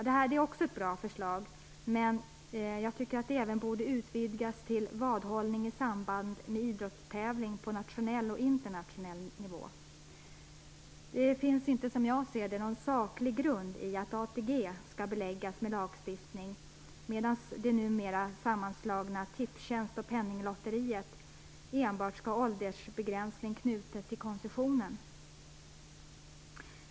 Det är också ett bra förslag, men jag tycker att det borde utvidgas till att gälla vadhållning i samband med idrottstävling på nationell och internationell nivå. Det finns ingen saklig grund, som jag ser det, för att ATG skall beläggas med lagstiftning medan det numera sammanslagna Tipstjänst och Penninglotteriet enbart skall ha åldersbegränsning knutet till koncessionen.